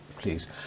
please